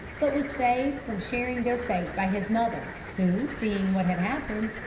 but was saved from sharing their fate by his mother, who, seeing what had happened,